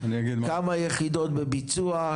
כמה יחידות בביצוע?